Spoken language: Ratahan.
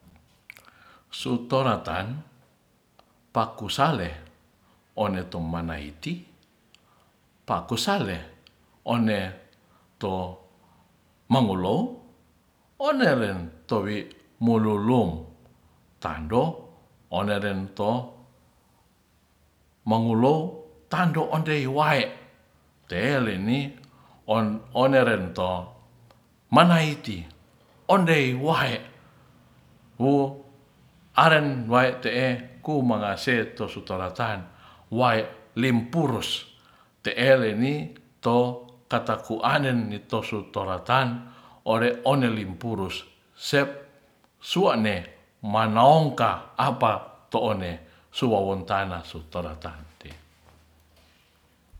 Sutoratan takusale one to manaiti pakusale one to momolou oneren to mongulo tandoon ontei wae te'e leni oneren manaiti ondei hawae wu aren wae te'e kumangase tu su taratanwae limpuros te'e leni to tataku aren nito su toratan ore one le limpulus sua'ne manongka apa to one suwawon tanahsu roratahan te